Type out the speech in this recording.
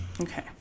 Okay